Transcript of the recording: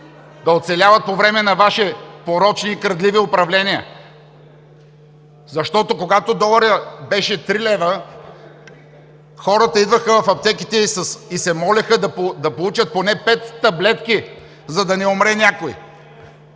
да оцеляват по време на Ваши порочни и крадливи управления. Защото, когато доларът беше 3 лв., хората идваха в аптеките и се молеха да получат поне 5 таблетки, за да не умре някой.